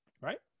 Right